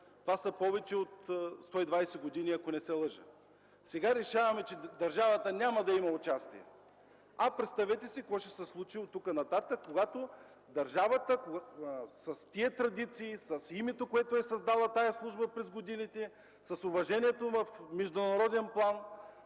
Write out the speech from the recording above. Това са повече от 120 години, ако не се лъжа. Сега решаваме, че държавата няма да има участие. Представете си какво ще се случи оттук нататък, когато – държавата с тези традиции, с името, което е създала службата през годините, с уважението в международен план